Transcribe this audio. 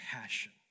passion